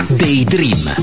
daydream